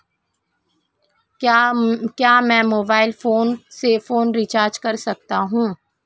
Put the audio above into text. क्या मैं mobile phone से फोन रिचार्ज कर सकता हूं?